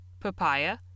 papaya